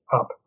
up